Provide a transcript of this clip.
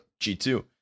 G2